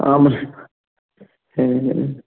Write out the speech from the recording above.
ஆமாம் என்னது